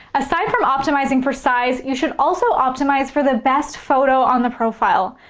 aside from optimizing for size, you should also optimize for the best photo on the profile.